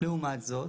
לעומת זאת,